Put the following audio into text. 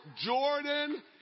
Jordan